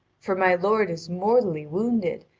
for my lord is mortally wounded,